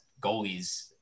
goalies